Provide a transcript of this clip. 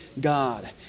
God